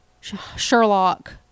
Sherlock